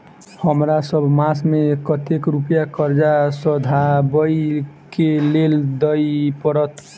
हमरा सब मास मे कतेक रुपया कर्जा सधाबई केँ लेल दइ पड़त?